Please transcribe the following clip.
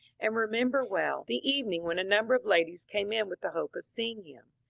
and remember well the evening when a number of ladies came in with the hope of seeing him.